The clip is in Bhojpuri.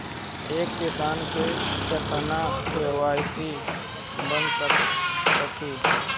एक किसान के केतना के.सी.सी बन जाइ?